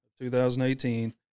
2018